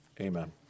Amen